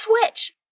switch